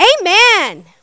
Amen